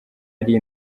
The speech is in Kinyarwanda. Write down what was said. ari